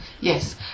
yes